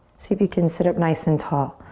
see if you can sit up nice and tall.